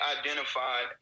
identified